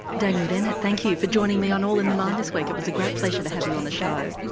daniel dennett, thank you you for joining me on all in the mind this week, it was a great pleasure to have you on the show.